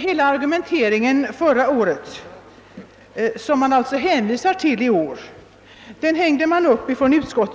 Hela argumenteringen från förra året, som utskottet nu hänvisar till, grundar utskottet på